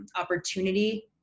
opportunity